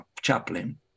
chaplain